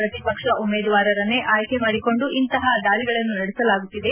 ಪ್ರತಿಪಕ್ಷ ಉಮೇದುವಾರರನ್ನೇ ಆಯ್ಲೆ ಮಾಡಿಕೊಂಡು ಇಂತಹ ದಾಳಗಳನ್ನು ನಡೆಸಲಾಗುತ್ತಿದೆ